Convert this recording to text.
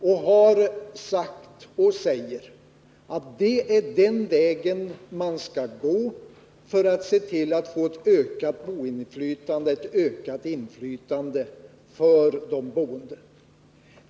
De har sagt och säger att det är den vägen man skall gå för att se till att få ett ökat inflytande för de boende.